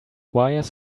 wires